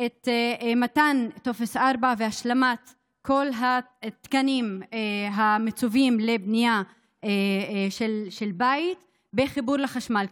את מתן טופס 4 בהשלמת כל התקנים המצֻווים בבנייה של בית לחיבור לחשמל,